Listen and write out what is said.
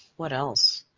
what else?